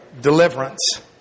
deliverance